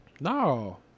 No